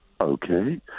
okay